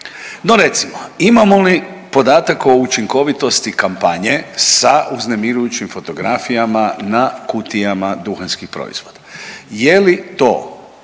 No recimo imamo li podatak o učinkovitosti kampanje sa uznemirujućim fotografijama na kutijama duhanskih proizvoda?